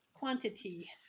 Quantity